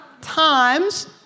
times